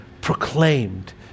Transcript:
proclaimed